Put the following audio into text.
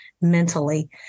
mentally